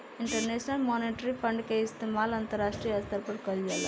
international monetary fund के इस्तमाल अंतरराष्ट्रीय स्तर पर कईल जाला